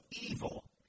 evil